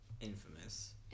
Infamous